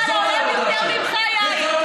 אני מגינה הרבה יותר ממך, יאיר.